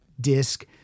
disc